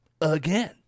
again